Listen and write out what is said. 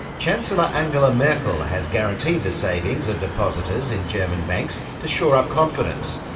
chancellor angela merkel has guaranteed the savings of depositors in german banks to shore up confidence.